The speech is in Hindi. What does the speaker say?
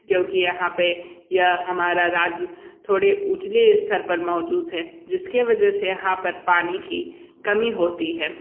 क्योंकि यहाँ पे यह हमारा राज्य थोड़े उचले स्थर पर मौजूद है जिसके वजह से यहाँ पर पानी की कमी होती है